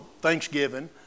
thanksgiving